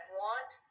want